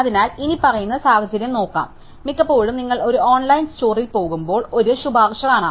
അതിനാൽ ഇനിപ്പറയുന്ന സാഹചര്യം നോക്കാം മിക്കപ്പോഴും നിങ്ങൾ ഒരു ഓൺലൈൻ സ്റ്റോറിൽ പോകുമ്പോൾ നിങ്ങൾക്ക് ഒരു ശുപാർശ കാണാം